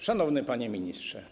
Szanowny Panie Ministrze!